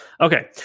Okay